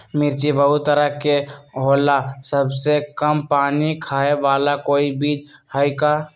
मिर्ची बहुत तरह के होला सबसे कम पानी खाए वाला कोई बीज है का?